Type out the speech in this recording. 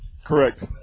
Correct